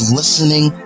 listening